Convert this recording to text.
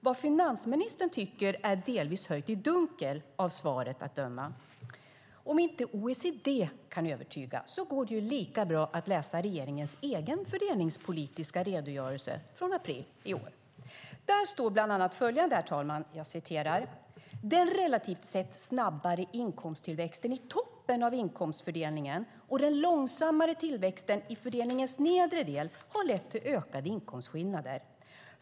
Vad finansministern tycker är delvis höljt i dunkel, av svaret att döma. Om inte OECD kan övertyga går det lika bra att läsa regeringens egen fördelningspolitiska redogörelse från april i år. Där står, herr talman, bland annat följande: "Den relativt sett snabbare inkomsttillväxten i toppen av inkomstfördelningen och den långsammare tillväxten i fördelningens nedre del har lett till ökade inkomstskillnader.